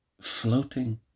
floating